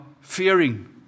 fearing